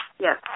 Yes